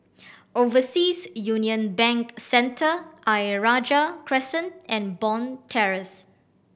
Overseas Union Bank Centre Ayer Rajah Crescent and Bond Terrace